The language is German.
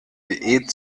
diät